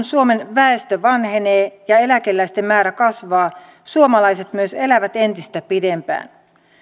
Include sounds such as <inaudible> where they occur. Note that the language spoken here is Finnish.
<unintelligible> suomen väestö vanhenee ja eläkeläisten määrä kasvaa suomalaiset myös elävät entistä pidempään